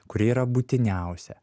kuri yra būtiniausia